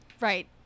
Right